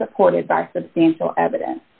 than supported by substantial evidence